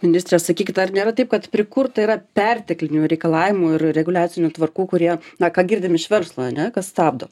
ministre sakykit ar nėra taip kad prikurta yra perteklinių reikalavimų ir reguliacinių tvarkų kurie na ką girdim iš verslo ane kas stabdo